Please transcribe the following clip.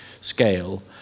scale